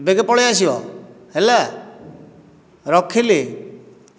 ବେଗେ ପଳେଇ ଆସିବ ହେଲା ରଖିଲି